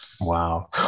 wow